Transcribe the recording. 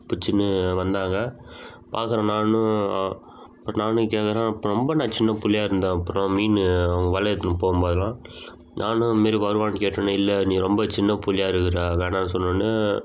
பிடிச்சின்னு வந்தாங்க பார்க்கறேன் நானும் நானும் கேட்கறேன் அப்போ ரொம்ப நான் சின்னப் பிள்ளையா இருந்தேன் அப்புறம் மீனு அவங்க வலை எடுத்துன்னு போகும்போதுலாம் நானும் இந்த மாரி வரவான்னு கேட்டோன்னே இல்லை நீ ரொம்ப சின்னப் பிள்ளையா இருக்கிற வேணாம்னு சொன்னவொடன்னே